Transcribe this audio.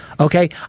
Okay